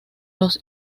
los